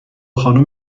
خانوم